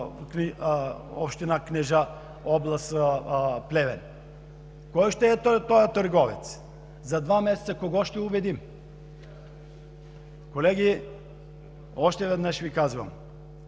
община Кнежа, област Плевен? Кой ще е този търговец? За два месеца кого ще убедим? Колеги, още веднъж Ви казвам,